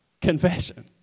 confession